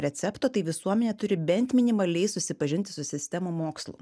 recepto tai visuomenė turi bent minimaliai susipažinti su sistema mokslu